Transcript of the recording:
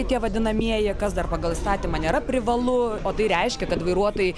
tie vadinamieji kas dar pagal įstatymą nėra privalu o tai reiškia kad vairuotojai